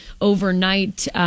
overnight